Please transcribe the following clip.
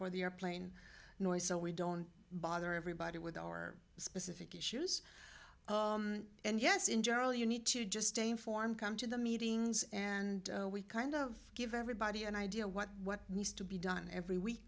for the airplane noise so we don't bother everybody with our specific issues and yes in general you need to just stay informed come to the meetings and we kind of give everybody an idea what what needs to be done every week